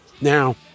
Now